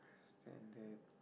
stand there